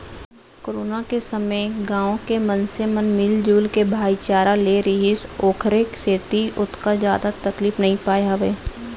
corona के समे गाँव के मनसे मन मिलजुल के भाईचारा ले रिहिस ओखरे सेती ओतका जादा तकलीफ नइ पाय हावय